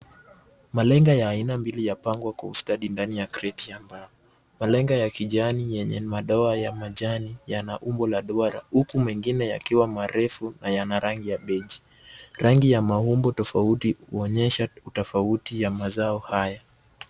Malenge ya aina mbili yapangwa kwa ustadi ndani ya kreti ya mbao. Malenga ya kijani yenye madoa ya majani yana umbo la duara huku mengine yakiwa marefu na yana rangi ya beige . Rangi ya maumbo tofauti huonyesha utofauti ya mazao haya.